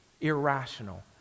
irrational